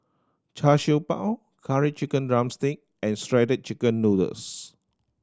Char Siew Bao Curry Chicken drumstick and Shredded Chicken Noodles